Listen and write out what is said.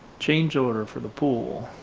change order for the pool.